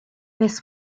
this